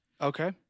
Okay